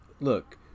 look